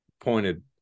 pointed